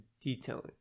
detailing